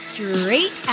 Straight